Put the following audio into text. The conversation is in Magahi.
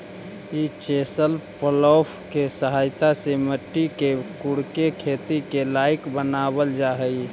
ई चेसल प्लॉफ् के सहायता से मट्टी के कोड़के खेती के लायक बनावल जा हई